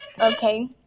Okay